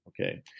Okay